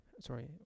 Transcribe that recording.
sorry